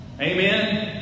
Amen